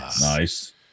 Nice